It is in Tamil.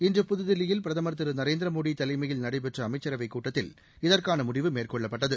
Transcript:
இன்று புதுதில்லியில் பிரதமா் திரு நரேந்திரமோடி தலைமையில் நடைபெற்ற அமைச்ரவைக் கூட்டத்தில் இதற்கான முடிவு மேற்கொள்ளப்பட்டது